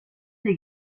des